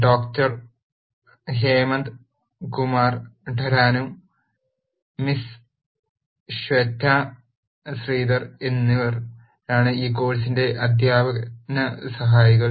doctor Hemant Kumar Tanneru miss Shweta Sridhar എന്നിവരാണ് ഈ കോഴ് സിന്റെ അധ്യാപന സഹായികൾ